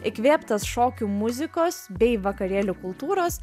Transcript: įkvėptas šokių muzikos bei vakarėlių kultūros